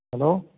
hello